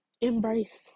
embrace